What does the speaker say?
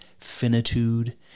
finitude